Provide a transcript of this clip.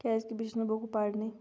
کیازِ کہِ بہٕ چھَس نہٕ بُکہٕ پَرٲنی